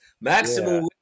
maximum